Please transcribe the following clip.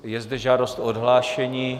Je zde žádost o odhlášení.